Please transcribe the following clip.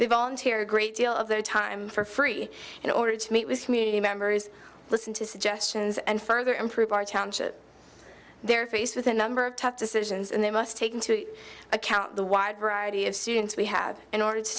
they volunteer a great deal of their time for free in order to meet was community members listen to suggestions and further improve our township they're faced with a number of tough decisions and they must take into account the wide variety of students we have in order to